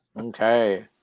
Okay